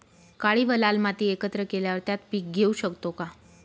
काळी व लाल माती एकत्र केल्यावर त्यात पीक घेऊ शकतो का?